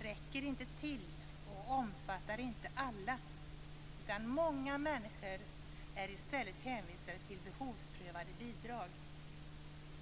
räcker inte till och omfattar inte alla. Många människor är i stället hänvisade till behovsprövade bidrag.